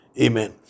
Amen